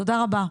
תודה רבה.